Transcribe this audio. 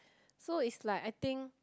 so it's like I think